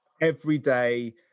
everyday